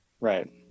right